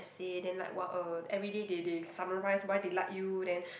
say then like what uh everyday they they summarise why they like you then